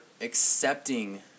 accepting